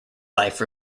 life